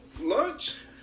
lunch